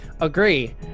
Agree